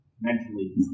mentally